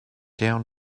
down